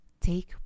take